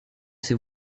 ses